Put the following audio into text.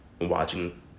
watching